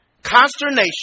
consternation